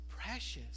precious